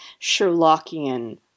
Sherlockian